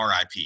RIP